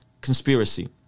conspiracy